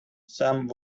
some